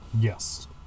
Yes